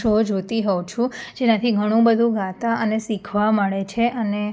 show જોતી હોઉં છું જેનાથી ઘણું બધું ગાતા અને શીખવા મળે છે અને